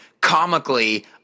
comically